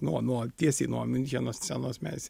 nuo nuo tiesiai nuo miuncheno scenos mes